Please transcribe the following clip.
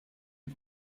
you